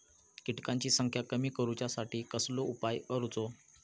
किटकांची संख्या कमी करुच्यासाठी कसलो उपाय करूचो?